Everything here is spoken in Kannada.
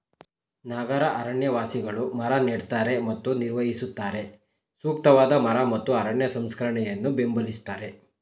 ನಗರ ಅರಣ್ಯವಾಸಿಗಳು ಮರ ನೆಡ್ತಾರೆ ಮತ್ತು ನಿರ್ವಹಿಸುತ್ತಾರೆ ಸೂಕ್ತವಾದ ಮರ ಮತ್ತು ಅರಣ್ಯ ಸಂರಕ್ಷಣೆಯನ್ನು ಬೆಂಬಲಿಸ್ತಾರೆ